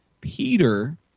Peter